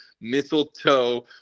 mistletoe